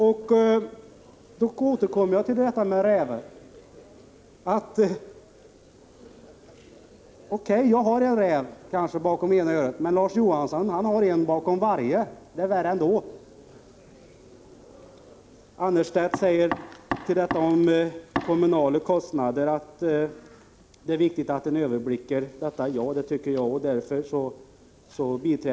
Så återkommer jag till detta med rävar. O.K., jag har kanske en räv bakom ena örat, men Larz Johansson har en räv bakom varje öra. Det är värre! Prot. 1985/86:162 Ylva Annerstedt säger om de kommunala kostnaderna att det är viktigt att 4 juni 1986 kunna överblicka dem.